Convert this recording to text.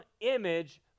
image